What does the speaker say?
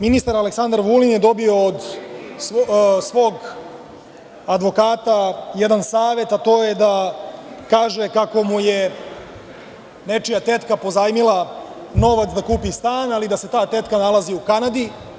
Ministar Aleksandar Vulin je dobio od svog advokata jedan savet, a to je da kaže kako mu je nečija tetka pozajmila dovoljno da kupi stan i da se ta tetka nalazi u Kanadi.